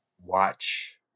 watch